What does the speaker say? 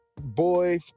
boy